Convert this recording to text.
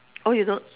oh you don't